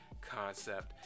concept